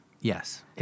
yes